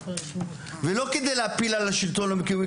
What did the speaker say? ולא כדי להפיל על השלטון המקומי,